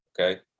okay